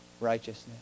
Righteousness